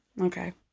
Okay